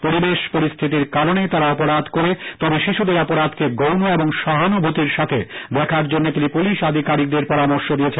পরিবেশ পরিস্থিতির কারণে তারা অপরাধ করে তবে শিশুদের অপরাধকে গৌন এবং সহানুভুতির সাথে দেখার জন্যে তিনি পুলিশ আধিকারিকদের পরামর্শ দিয়েছেন